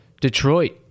Detroit